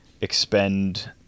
expend